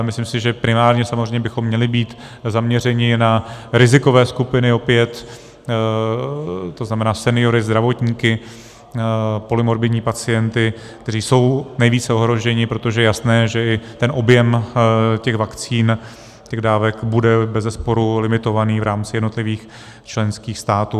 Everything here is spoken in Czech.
Myslím si, že primárně samozřejmě bychom měli být zaměřeni na rizikové skupiny, opět to znamená seniory, zdravotníky, polymorbidní pacienty, kteří jsou nejvíce ohroženi, protože je jasné, že i ten objem těch vakcín, těch dávek, bude bezesporu limitovaný v rámci jednotlivých členských států.